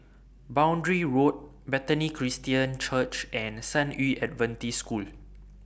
Boundary Road Bethany Christian Church and San Yu Adventist School